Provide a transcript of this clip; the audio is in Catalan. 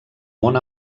món